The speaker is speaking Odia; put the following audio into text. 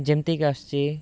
ଯେମତି କି ଆସୁଛି